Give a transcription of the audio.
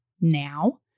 now